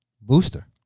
booster